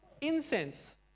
incense